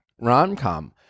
rom-com